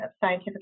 Scientific